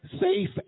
safe